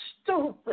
Stupid